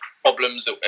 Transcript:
problems